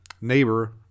neighbor